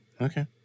Okay